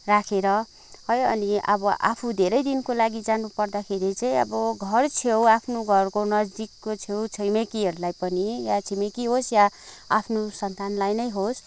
राखेर है अलि अब आफू धेरै दिनको लागि जानुपर्दाखेरि चाहिँ अब घर छेउ आफ्नो घरको नजिकको छेउ छिमेकीहरूलाई पनि या छिमेकी होस् या आफ्नो सन्तानलाई नै होस्